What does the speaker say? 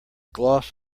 gloss